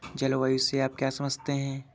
जलवायु से आप क्या समझते हैं?